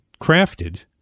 crafted